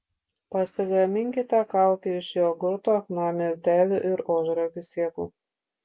pasigaminkite kaukę iš jogurto chna miltelių ir ožragių sėklų